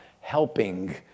helping